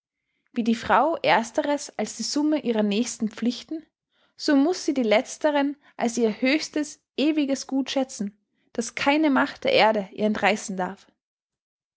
wie die frau ersteres als die summe ihrer nächsten pflichten so muß sie die letzteren als ihr höchstes ewiges gut schätzen das keine macht der erde ihr entreißen darf